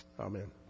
Amen